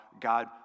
God